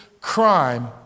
crime